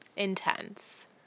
Intense